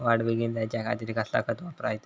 वाढ बेगीन जायच्या खातीर कसला खत वापराचा?